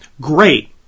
Great